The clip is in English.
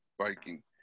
Viking